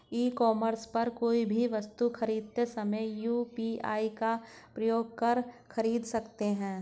ई commerce पर कोई भी वस्तु खरीदते समय यू.पी.आई का प्रयोग कर खरीद सकते हैं